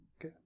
Okay